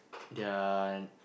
their